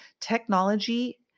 technology